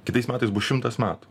kitais metais bus šimtas metų